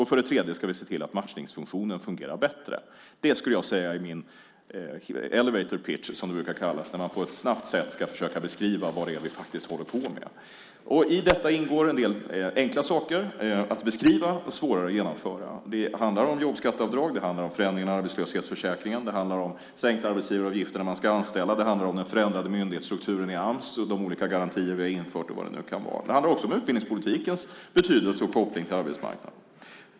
För det tredje ska vi se till att matchningsfunktionen fungerar bättre. Det är min elevator pitch , som det brukar kallas när man på ett snabbt sätt ska försöka beskriva vad det är vi håller på med. I detta ingår en del saker som är enkla att beskriva och svårare att genomföra. Det handlar om jobbskatteavdrag, förändringar i arbetslöshetsförsäkringen, sänkta arbetsgivaravgifter när man ska anställa, förändrad myndighetsstruktur i Ams, de olika garantier vi har infört och vad det nu kan vara. Det handlar också om utbildningspolitikens betydelse och koppling till arbetsmarknaden.